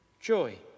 joy